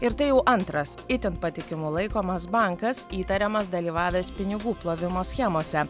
ir tai jau antras itin patikimu laikomas bankas įtariamas dalyvavęs pinigų plovimo schemose